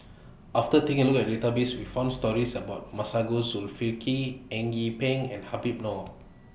after taking A Look At The Database We found stories about Masagos Zulkifli Eng Yee Peng and Habib Noh